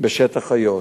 בשטח איו"ש,